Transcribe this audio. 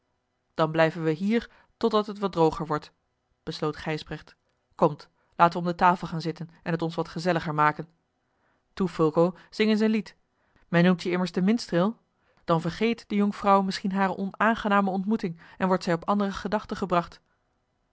dan blijven we hier totdat het wat droger wordt besloot gijsbrecht komt laten we om de tafel gaan zitten en het ons wat gezelliger maken toe fulco zing eens een lied men noemt je immers den minstreel dan vergeet de jonkvrouw misschien hare onaangename ontmoeting en wordt zij op andere gedachten gebracht